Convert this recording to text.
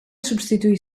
substituir